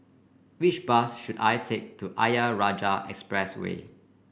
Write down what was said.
which bus should I take to Ayer Rajah Expressway